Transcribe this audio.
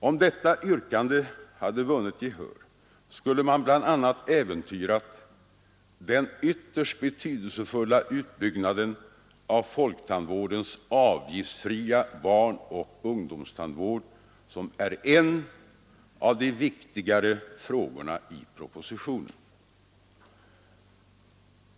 Om detta yrkande hade vunnit gehör skulle man bl.a. ha äventyrat den ytterst betydelsefulla utbyggnaden av folktandvårdens avgiftsfria barnoch ungdomstandvård, som är en av de viktigare frågorna i propositionen.